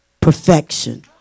perfection